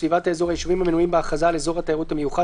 "סביבת האזור" היישובים המנויים בהכרזה על אזור התיירות המיוחד,